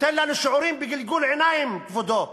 נותן לנו שיעורים בגלגול עיניים, כבודו.